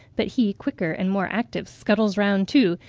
but he, quicker and more active, scuttles round too,